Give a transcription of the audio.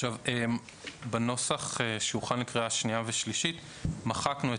בנוסח שהוכן לקריאה שנייה ושלישית מחקנו,